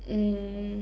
mm